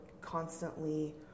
constantly